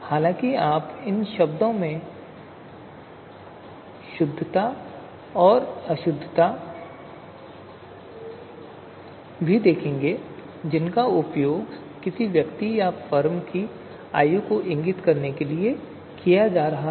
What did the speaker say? हालाँकि आप इन शब्दों में अशुद्धता भी देखेंगे जिनका उपयोग किसी व्यक्ति या फर्म की आयु को इंगित करने के लिए किया जा रहा है